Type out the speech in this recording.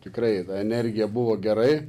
tikrai energija buvo gerai